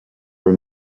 were